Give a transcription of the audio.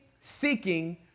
seeking